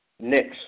next